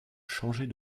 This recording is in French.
changer